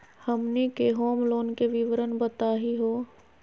हमनी के home loan के विवरण बताही हो?